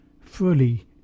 fully